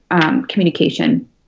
communication